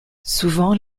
souvent